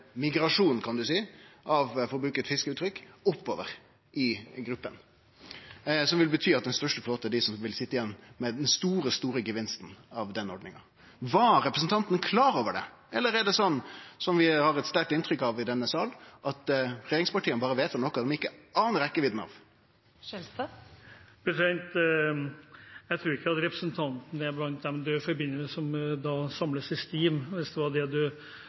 for å bruke eit fiskeuttrykk, oppover i gruppa, som vil bety at dei i den største flåten er dei som vil sitje igjen med den største gevinsten av denne ordninga. Var representanten klar over dette – eller er det slik som ein har eit sterkt inntrykk av i denne salen, at regjeringspartia berre vedtar noko dei ikkje aner rekkjevidda av? Jeg tror ikke at representanten er blant dem man forbinder med det å samles i stim, hvis det var det